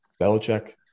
Belichick